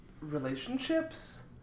relationships